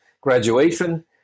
graduation